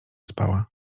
spała